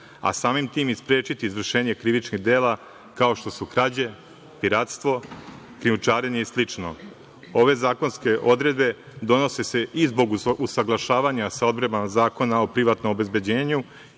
a samim tim i sprečiti izvršenje krivičnih dela kao što su krađe, piratstvo, krijumčarenje i slično. Ove zakonske odredbe donose se i zbog usaglašavanja sa odredbama Zakona o privatnom obezbeđenju